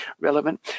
relevant